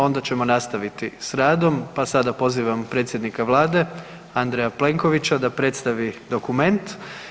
Onda ćemo nastaviti s radom pa sada pozivam predsjednika Vlade Andreja Plenkovića da predstavi dokument.